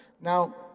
Now